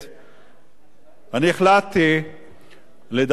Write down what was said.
אני החלטתי לדבר על נושא אחר לגמרי,